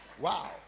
Wow